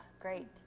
great